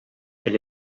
elle